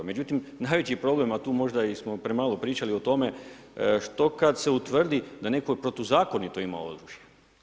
Međutim, najveći problem, a tu možda smo i premalo pričali o tome što kada se utvrdi da netko protuzakonito ima oružje.